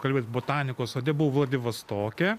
kalbėt botanikos sode buvau vladivostoke